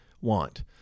want